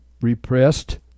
repressed